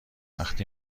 وقتی